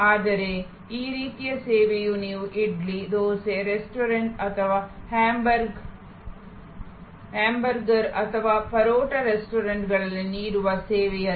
ಆದರೆ ಆ ರೀತಿಯ ಸೇವೆಯು ನೀವು ಇಡ್ಲಿ ದೋಸೆ ರೆಸ್ಟೋರೆಂಟ್ ಅಥವಾ ಹ್ಯಾಂಬರ್ಗರ್ ಅಥವಾ ಪರೋಟಾ ರೆಸ್ಟೋರೆಂಟ್ನಲ್ಲಿ ನೀಡುವ ಸೇವೆಯಲ್ಲ